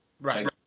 right